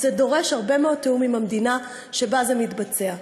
וזה דורש הרבה מאוד תיאום עם המדינה שבה זה מתבצע.